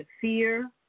fear